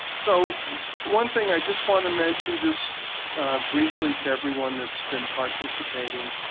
so one thing i just want to mention just briefly to everyone that's been participating.